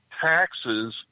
taxes